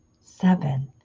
seven